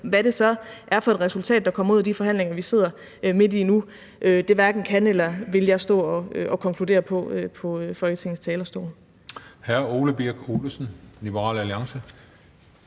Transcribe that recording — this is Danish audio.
Hvad det så er for et resultat, der kommer ud af de forhandlinger, vi sidder midt i nu, hverken kan eller vil jeg stå og konkludere på fra Folketingets talerstol.